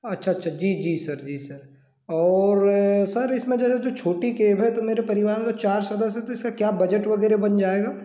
अच्छा अच्छा जी जी सर जी सर और सर इसमें जैसे जो छोटी कैब है तो मेरे परिवार में चार सदस्य तो इसका क्या बजट वगैरह बन जाएगा